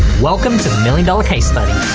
welcome to the million dollar case study.